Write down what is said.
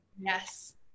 yes